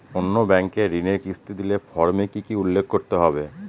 অন্য ব্যাঙ্কে ঋণের কিস্তি দিলে ফর্মে কি কী উল্লেখ করতে হবে?